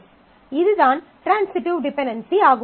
இதுதான் transitive dependency ஆகும்